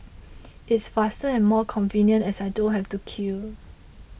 it's faster and more convenient as I don't have to queue